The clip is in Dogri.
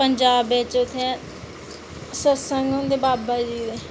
पंजाब बिच उत्थै सत्संग होंदे बाबाजी दे